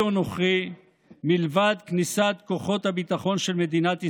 או נוכרי מלבד כניסת כוחות הביטחון של מדינת ישראל.